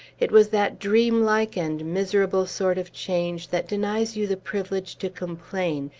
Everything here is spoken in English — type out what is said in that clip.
it was that dreamlike and miserable sort of change that denies you the privilege to complain,